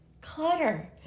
clutter